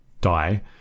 die